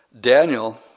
Daniel